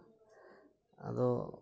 ᱟᱫᱚ